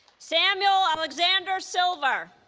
samuel alexander silver